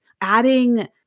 adding